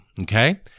okay